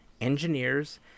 engineers